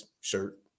shirt